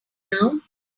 now